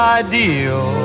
ideal